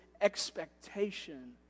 expectation